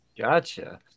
Gotcha